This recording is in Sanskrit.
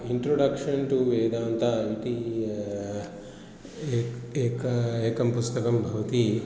इन्ट्रोडक्षन् टु वेदान्त इति एकम् एकं पुस्तकं भवति